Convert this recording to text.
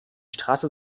straße